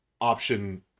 option